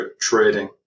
trading